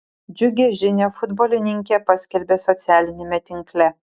džiugią žinią futbolininkė paskelbė socialiniame tinkle